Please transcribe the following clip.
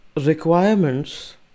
requirements